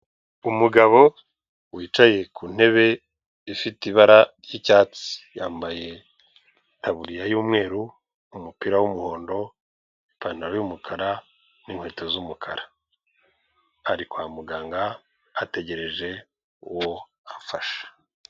Umugabo wicaye ku ntebe ifite ibara ry'icyatsi yambaye itaburiya y'umweru, umupira w'umuhondo, ipantaro y'umukara n'inkweto z'umukara ari kwa muganga ategereje uwo afasha.